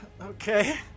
Okay